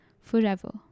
forever